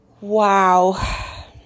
Wow